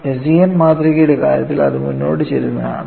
SEN മാതൃകയുടെ കാര്യത്തിൽ അത് മുന്നോട്ട് ചരിഞ്ഞതാണ്